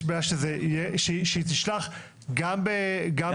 יש בעיה שהיא תשלח גם במקרה הזה?